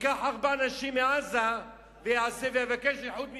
ייקח ארבע נשים מעזה ויבקש איחוד משפחות,